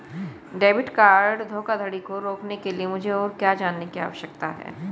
Debit card धोखाधड़ी को रोकने के लिए मुझे और क्या जानने की आवश्यकता है?